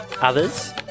others